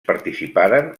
participaren